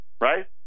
Right